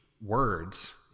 words